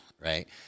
right